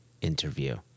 interview